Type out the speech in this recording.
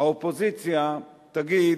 האופוזיציה תגיד: